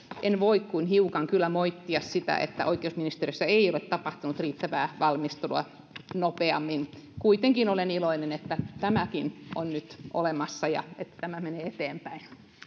en kyllä voi kuin hiukan moittia sitä että oikeusministeriössä ei ole tapahtunut riittävää valmistelua nopeammin kuitenkin olen iloinen että tämäkin on nyt olemassa ja että tämä menee eteenpäin